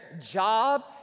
job